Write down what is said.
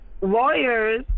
lawyers